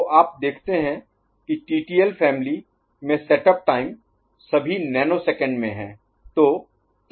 तो आप देखते हैं कि टीटीएल फॅमिली में सेटअप टाइम सभी नैनोसेकंड में हैं